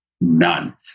None